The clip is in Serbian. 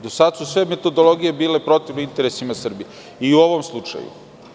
Do sada su sve metodologije bile protivne interesima Srbije, i u ovom slučaju.